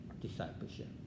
discipleship